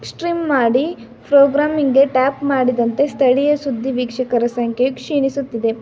stream ಮಾಡಿ ಫ್ರೋಗ್ರಾಮಿಗೆ tap ಮಾಡಿದಂತೆ ಸ್ಥಳೀಯ ಸುದ್ದಿ ವೀಕ್ಷಕರ ಸಂಖ್ಯೆ ಕ್ಷೀಣಿಸುತ್ತಿದೆ